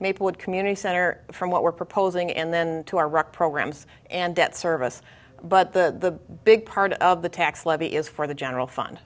maplewood community center from what we're proposing and then to our rock programs and debt service but the big part of the tax levy is for the general fund